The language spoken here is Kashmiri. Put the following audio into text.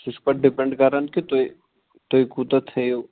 سُہ چھُ پَتہٕ ڈِپٮ۪نٛڈ کران کہِ تُہۍ تُہۍ کوٗتاہ تھٲیِو